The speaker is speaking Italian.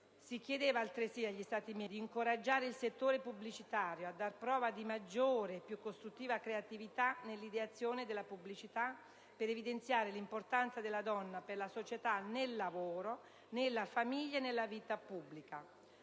si chiedeva altresì agli Stati membri di incoraggiare il settore pubblicitario a dar prova di maggiore e più costruttiva creatività nell'ideazione della pubblicità, per evidenziare l'importanza della donna per la società nel lavoro, nella famiglia e nella vita pubblica.